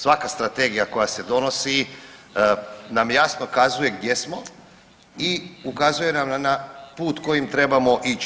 Svaka strategija koja se donosi nam jasno kazuje gdje smo i ukazuje nam na put kojim trebamo ići.